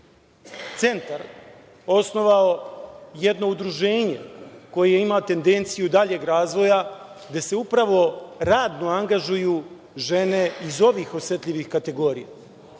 centar osnovao jedno udruženje koje ima tendenciju daljeg razvoja, gde se upravo radno angažuju žene iz ovih osetljivih kategorija. Delatnost